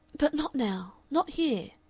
but not now not here.